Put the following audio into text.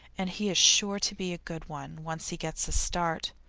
and he is sure to be a good one, once he gets a start.